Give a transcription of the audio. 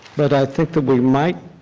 but i think that we might,